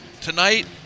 tonight